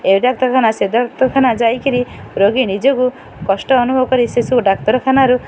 ଏ ଡାକ୍ତରଖାନା ସେ ଡାକ୍ତରଖାନା ଯାଇକିରି ରୋଗୀ ନିଜକୁ କଷ୍ଟ ଅନୁଭବ କରି ଶେଷକୁ ଡାକ୍ତରଖାନାରୁ